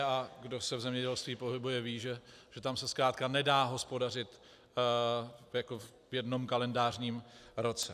A kdo se v zemědělství pohybuje, ví, že tam se zkrátka nedá hospodařit jako v jednom kalendářním roce.